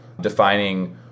defining